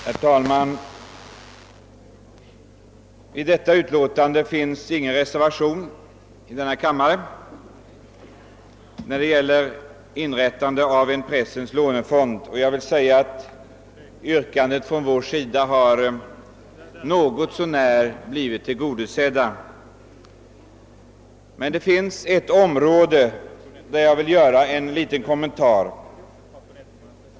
Herr talman! Vid detta utlåtande har inte fogats någon reservation i fråga om inrättandet av en pressens lånefond, då våra motionsyrkanden något så när har blivit tillgodosedda av utskottet. På en punkt vill jag dock göra en liten kommentar.